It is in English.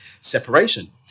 separation